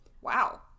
Wow